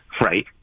right